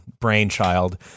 brainchild